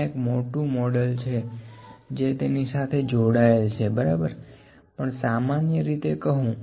ત્યા એક મોટું મોડેલ છે જે તેની સાથે જોડાયેલ છે બરાબર પણ સામાન્ય રીતે કહું